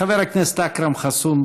חבר הכנסת אכרם חסון,